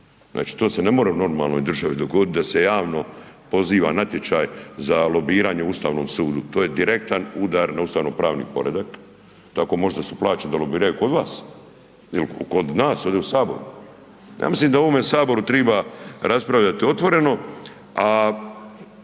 Znači to se ne more u normalnoj državi dogoditi da se javno poziva natječaj za lobiranje u ustavnom sudu, to je direktan udar na ustavnopravni poredak, tako možda su … da lobiraju kod vas jel kod nas ovdje u Saboru. Ja mislim da u ovome Saboru triba raspravljati otvoreno, a